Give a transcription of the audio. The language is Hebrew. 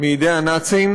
מידי הנאצים.